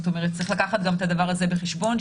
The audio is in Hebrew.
צריך לקחת גם את הדבר הזה בחשבון.